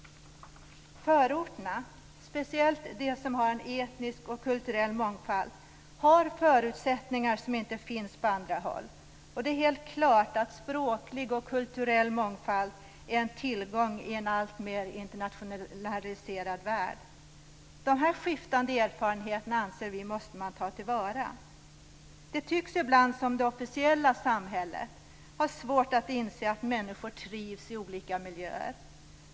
Förorterna, speciellt de som har en etnisk och kulturell mångfald, har förutsättningar som inte finns på andra håll. Det är helt klart att språklig och kulturell mångfald är en tillgång i en alltmer internationaliserad värld. Dessa skiftande erfarenheter anser vi att man måste ta till vara. Det tycks ibland som om det officiella samhället har svårt att inse att människor trivs i olika miljöer.